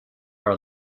are